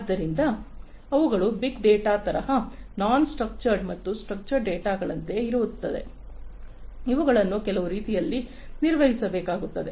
ಆದ್ದರಿಂದ ಇವುಗಳು big data ತರಹ ನಾನ್ ಸ್ಟ್ರಕ್ಚರ್ಡ ಮತ್ತು ಸ್ಟ್ರಕ್ಚರ್ಡ ಡೇಟಾಗಳಂತೆ ಇರುತ್ತವೆ ಇವುಗಳನ್ನು ಕೆಲವು ರೀತಿಯಲ್ಲಿ ನಿರ್ವಹಿಸಬೇಕಾಗುತ್ತದೆ